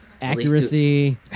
accuracy